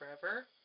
forever